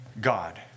God